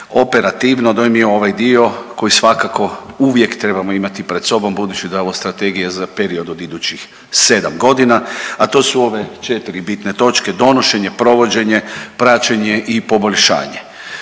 operativno dojmio ovaj dio koji svakako uvijek trebamo imati pred sobom budući da je ovo strategija za period od idućih sedam godina, a to su ove četri bitne točke donošenje, provođenje, praćenje i poboljšanje.